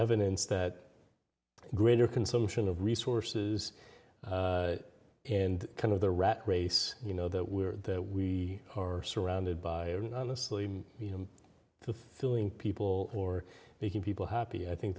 evidence that greater consumption of resources and kind of the rat race you know that we are that we are surrounded by you know the feeling people who are making people happy i think